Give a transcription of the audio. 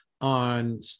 on